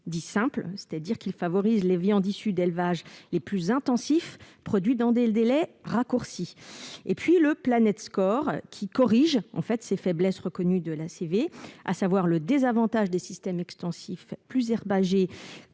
dit « simple », c'est-à-dire qui favorise les viandes issues d'élevages les plus intensifs, produites dans des délais raccourcis, et, d'autre part, le Planet-score, qui corrige les faiblesses reconnues de l'ACV, à savoir le désavantage des systèmes extensifs plus herbagés,